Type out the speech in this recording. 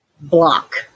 Block